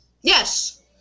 Yes